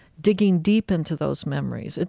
digging deep into those memories.